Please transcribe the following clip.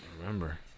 remember